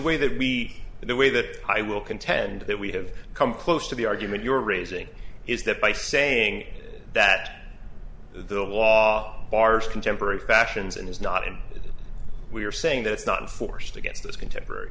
way that we the way that i will contend that we have come close to the argument you're raising is that by saying that the law bars contemporary fashions and is not in it we are saying that it's not forced against those contemporary